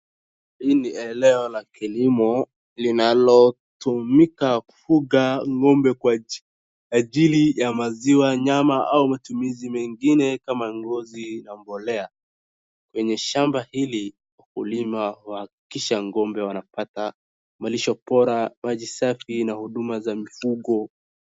Hii ni eneo ya kilimo linalo tumika kufuga ng'ombe kwa ajili ya maziwa, nyama au matumizi mengine kama ngozi na bolea kwenye shamba hili wakulima uhakikisha ng'ombe wanapata malisho bora, maji safi na huduma za mifugo.